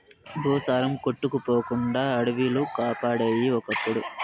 భూసారం కొట్టుకుపోకుండా అడివిలు కాపాడేయి ఒకప్పుడు